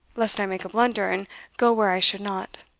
lest i make a blunder, and go where i should not.